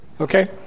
okay